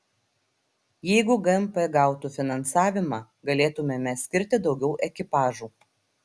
jeigu gmp gautų finansavimą galėtumėme skirti daugiau ekipažų